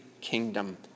kingdom